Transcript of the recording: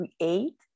create